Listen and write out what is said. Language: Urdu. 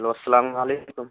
ہیلو السلام علیکم